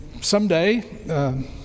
someday